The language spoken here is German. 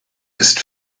ist